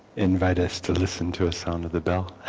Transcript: invite us to listen to a sound of the bell